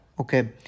okay